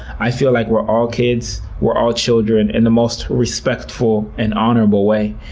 i feel like we're all kids we're all children in the most respectful and honorable way.